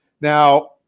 Now